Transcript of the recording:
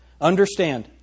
Understand